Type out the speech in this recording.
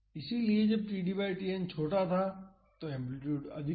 इसलिए जब td बाई Tn छोटा था तो यह एम्पलीटूड अधिक था